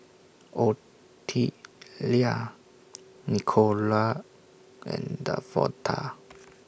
Ottilia Nicola and Davonta